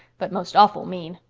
but most awful mean.